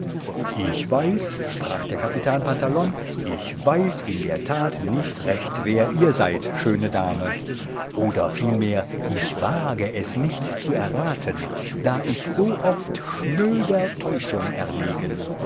ich weiß sprach der capitan pantalon ich weiß in der tat nicht recht wer ihr seid schöne dame oder vielmehr ich wage es nicht zu erraten da ich so oft schnöder täuschung erlegen